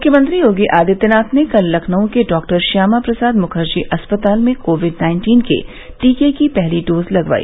मुख्यमंत्री योगी आदित्यनाथ ने कल लखनऊ के डॉक्टर श्यामा प्रसाद मुखर्जी अस्पताल में कोविड नाइन्टीन के टीके की पहली डोज लगवाई